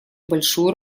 большую